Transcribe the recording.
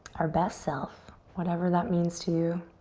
our best self, whatever that means to you.